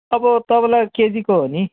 अब तपाईँलाई केजीको हो नि